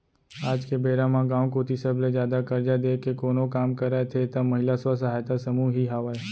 आज के बेरा म गाँव कोती सबले जादा करजा देय के कोनो काम करत हे त महिला स्व सहायता समूह ही हावय